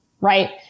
right